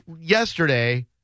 yesterday